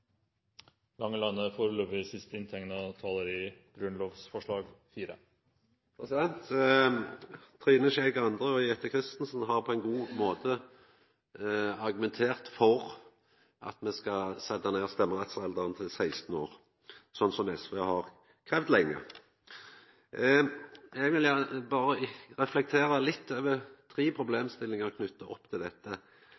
Trine Skei Grande og Jette F. Christensen har på ein god måte argumentert for at me skal setja ned stemmerettsalderen til 16 år, sånn som SV har kravd lenge. Eg vil gjerne reflektera litt over tre